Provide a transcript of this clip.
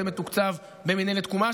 זה מתוקצב במינהלת תקומה,